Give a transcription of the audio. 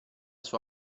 sua